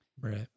Right